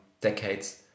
decades